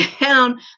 down